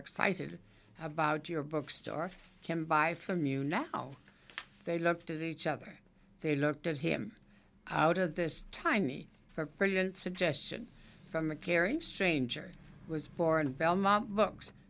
excited about your bookstore can buy from you now they looked at each other they looked at him out of this tiny for president suggestion from a caring stranger was born in belmont books